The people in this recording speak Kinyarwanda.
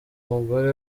umugore